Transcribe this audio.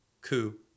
coup